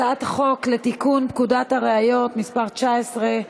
הצעת חוק לתיקון פקודת הראיות (מס' 19)